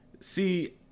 See